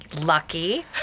lucky